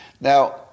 Now